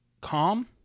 calm